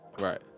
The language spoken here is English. Right